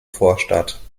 vorstadt